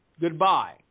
goodbye